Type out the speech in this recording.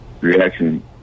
reaction